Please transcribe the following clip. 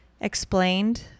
explained